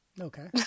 Okay